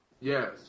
Yes